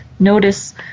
Notice